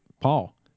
Paul